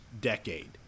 decade